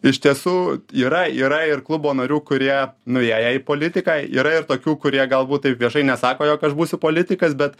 iš tiesų yra yra ir klubo narių kurie nuėję į politiką yra ir tokių kurie galbūt taip viešai nesako jog aš būsiu politikas bet